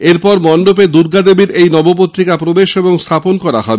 এরপর মণ্ডপে দুর্গাদেবীর এই নবপত্রিকা প্রবেশ ও স্থাপন করা হবে